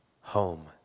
Home